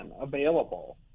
available